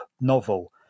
novel